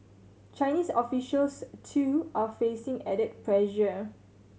Chinese officials too are facing added pressure